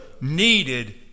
needed